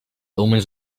omens